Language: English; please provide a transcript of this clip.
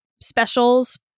specials